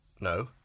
No